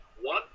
one